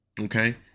okay